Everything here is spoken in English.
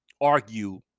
argue